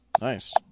Nice